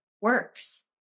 works